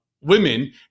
women